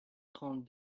trente